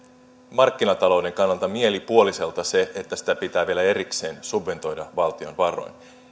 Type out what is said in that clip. markkinatalouden kannalta täysin mielipuoliselta että sitä pitää vielä erikseen subventoida valtion varoin